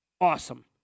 awesome